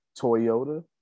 Toyota